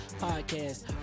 podcast